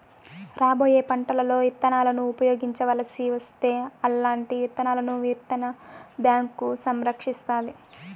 రాబోయే పంటలలో ఇత్తనాలను ఉపయోగించవలసి వస్తే అల్లాంటి విత్తనాలను విత్తన బ్యాంకు సంరక్షిస్తాది